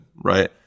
right